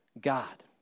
God